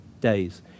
days